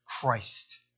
Christ